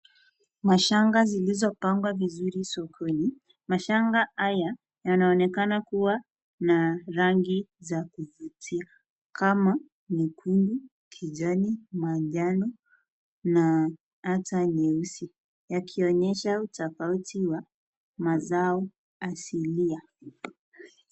Mashanga zilizo pangwa vizuri sokoni. Mashanga haya yanaonekana kuwa na rangi za kuvutia kama nyekundu, kijani, manjano na hata nyeusi yakionyesha utafauti wa mazao asilia.